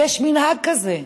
יש מנהג כזה,